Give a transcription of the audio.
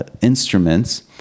instruments